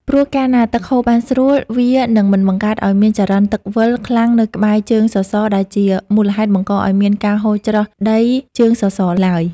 ព្រោះកាលណាទឹកហូរបានស្រួល វានឹងមិនបង្កើតឱ្យមានចរន្តទឹកវិល ខ្លាំងនៅក្បែរជើងសសរ ដែលជាមូលហេតុបង្កឱ្យមានការហូរច្រោះដីជើងសសរឡើយ។